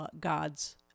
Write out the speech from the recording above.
gods